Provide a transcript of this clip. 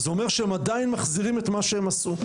זה אומר שהם עדיין מחזירים את מה שהם עשו,